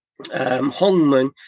Hongmen